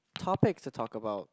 topics to talk about